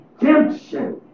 redemption